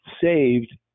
saved